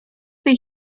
tej